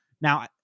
Now